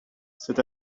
c’est